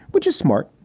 which is smart.